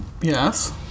Yes